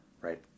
right